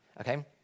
okay